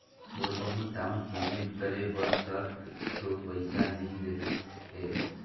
थोर बहुत down payment करे बर तक तो पइसा नइ रहीस हे